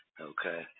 Okay